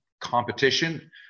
competition